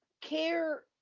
care